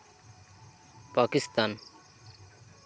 Pakistan